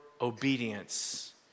obedience